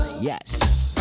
Yes